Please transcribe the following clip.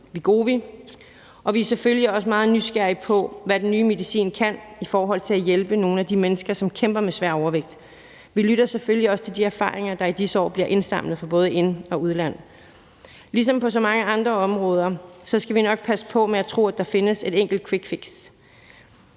Wegovy, og vi er selvfølgelig også meget nysgerrige på, hvad den nye medicin kan i forhold til at hjælpe nogle af de mennesker, som kæmper med svær overvægt. Vi lytter selvfølgelig også til de erfaringer, der i disse år bliver indsamlet fra både ind- og udland. Ligesom på så mange andre områder skal vi nok passe på med at tro, at der findes et enkelt quickfix,